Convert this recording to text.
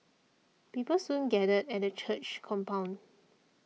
people soon gathered at the church's compound